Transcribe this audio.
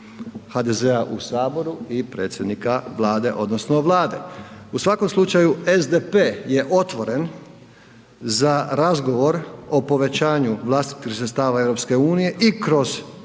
HDZ-a u Saboru i predsjednika Vlade odnosno Vlade. U svakom slučaju SDP je otvoren za razgovor o povećanju vlastitih sredstava EU i kroz